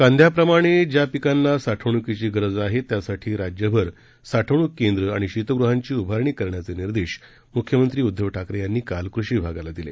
कांद्याप्रमाणे ज्या पिकांना साठवणुकीची गरज आहे त्यासाठी राज्यभर साठवणूक केंद्र आणि शीतगृहांची उभारणी करण्याचे निर्देश मुख्यमंत्री उद्दव ठाकरे यांनी काल कृषी विभागाला दिले